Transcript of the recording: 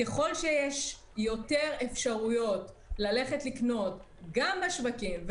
ככל שיש יותר אפשרויות ללכת לקנות גם בשווקים,